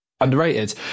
underrated